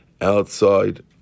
outside